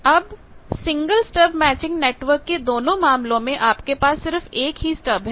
अब single stub matching network के दोनों मामलों में आपके पास सिर्फ एक ही स्टब है